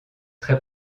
très